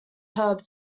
herb